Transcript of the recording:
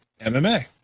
MMA